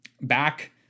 back